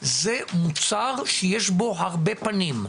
זה מוצר שיש בו הרבה פנים,